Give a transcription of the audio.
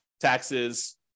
taxes